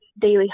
daily